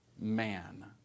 man